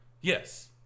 yes